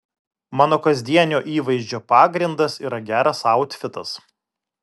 mano kasdienio įvaizdžio pagrindas yra geras autfitas